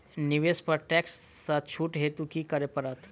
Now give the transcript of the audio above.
निवेश पर टैक्स सँ छुट हेतु की करै पड़त?